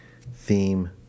theme